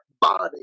body